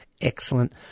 Excellent